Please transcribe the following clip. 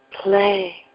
play